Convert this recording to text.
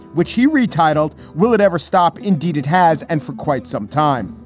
which he retitled. will it ever stop? indeed it has. and for quite some time,